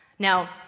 Now